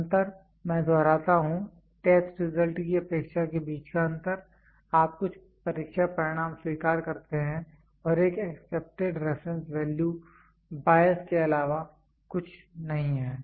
अंतर मैं दोहराता हूं टेस्ट रिजल्ट की अपेक्षा के बीच का अंतर आप कुछ परीक्षा परिणाम स्वीकार करते हैं और एक एक्सेप्टेड रेफरेंस वैल्यू बायस के अलावा कुछ नहीं है